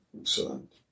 Excellent